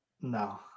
no